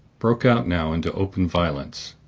broke out now into open violence.